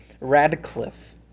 Radcliffe